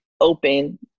open